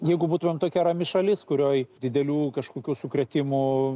jeigu būtumėm tokia rami šalis kurioj didelių kažkokių sukrėtimų